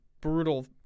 brutal